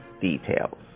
details